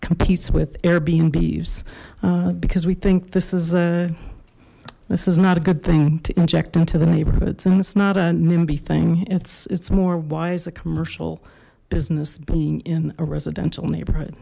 competes with air beam beeves because we think this is a this is not a good thing to inject into the neighborhoods and it's not an indie thing it's it's more wise a commercial business being in a residential neighborhood